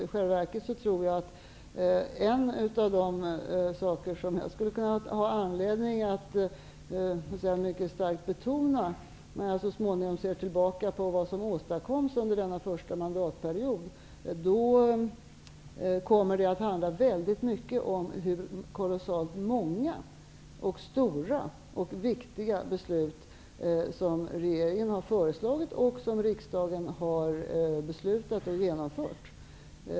I själva verket tror jag att en av de saker som jag skulle kunna ha anledning att mycket starkt betona när jag så småningom ser tillbaka på vad som åstadkoms under denna första mandatperiod är hur kolossalt många, stora och viktiga saker som regeringen har föreslagit och som riksdagen har beslutat om och genomfört.